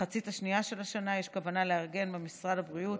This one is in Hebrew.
במחצית השנייה של השנה יש כוונה לארגן במשרד הבריאות